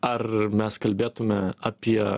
ar mes kalbėtume apie